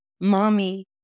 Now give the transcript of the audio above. Mommy